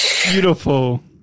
Beautiful